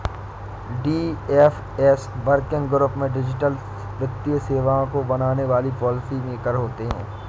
DFS working group में digital वित्तीय सेवाओं को बनाने वाले पॉलिसी मेकर होते हैं